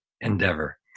endeavor